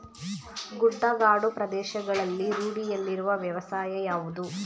ಗುಡ್ಡಗಾಡು ಪ್ರದೇಶಗಳಲ್ಲಿ ರೂಢಿಯಲ್ಲಿರುವ ವ್ಯವಸಾಯ ಯಾವುದು?